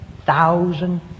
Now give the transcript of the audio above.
thousand